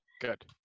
Good